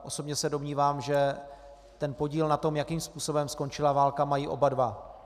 Osobně se domnívám, že podíl na tom, jakým způsobem skončila válka, mají oba dva.